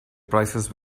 prices